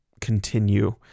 continue